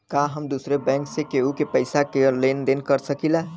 का हम दूसरे बैंक से केहू के पैसा क लेन देन कर सकिला?